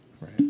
right